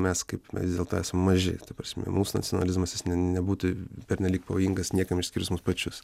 mes kaip mes vis dėlto esam maži ta prasme mūsų nacionalizmas jis n nebūtų pernelyg pavojingas niekam išskyrus mus pačius